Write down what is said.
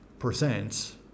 percent